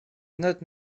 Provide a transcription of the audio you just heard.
not